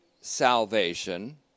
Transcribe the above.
salvation